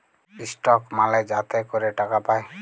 stock মালে যাতে ক্যরে টাকা পায়